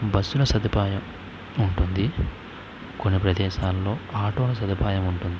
బస్సుల సదుపాయం ఉంటుంది కొన్ని ప్రదేశాలలో ఆటోల సదుపాయం ఉంటుంది